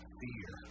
fear